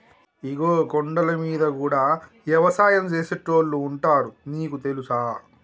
ఇగో కొండలమీద గూడా యవసాయం సేసేటోళ్లు ఉంటారు నీకు తెలుసా